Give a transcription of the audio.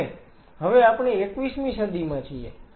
અને હવે આપણે 21 મી સદીમાં છીએ